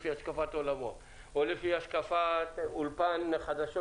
לפי השקפת עולמו או לפי השקפת אולפן חדשות